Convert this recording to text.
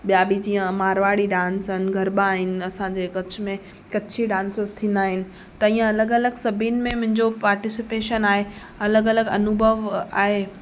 ॿिया बि जीअं मारवाड़ी डांस आहिनि गरॿा आहिनि असांजे कच्छ में कच्छी डांस थींदा आहिनि त ईअं अलॻि अलॻि सभीनि में मुंहिंजो पार्टिसिपेशन आहे व अलॻि अलॻि अनूभव आहे